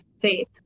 faith